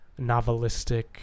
novelistic